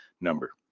number